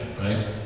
right